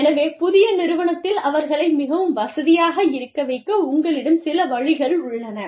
எனவே புதிய நிறுவனத்தில் அவர்களை மிகவும் வசதியாக இருக்க வைக்க உங்களிடம் சில வழிகள் உள்ளன